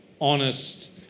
honest